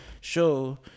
show